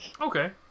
Okay